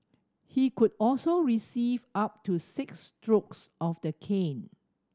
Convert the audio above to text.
he could also receive up to six strokes of the cane